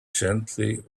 gently